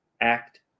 act